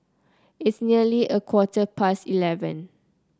its nearly a quarter past eleven